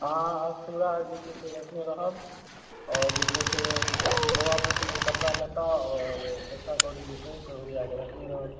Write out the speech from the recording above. अहाँ अस्तुरा जे छै से रखने रहब आओर जे छै से बौआ बुच्चीके कपड़ा लत्ता आओर पैसा कौड़ी जे छै से ओरिया कऽ रखने रहब